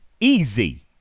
easy